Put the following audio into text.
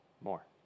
more